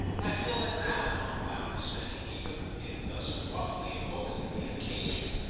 i feel that now, i'm bound to say, even in thus roughly evoking the occasion,